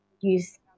use